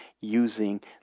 using